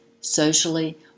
socially